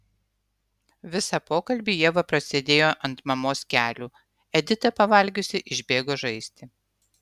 visą pokalbį ieva prasėdėjo ant mamos kelių edita pavalgiusi išbėgo žaisti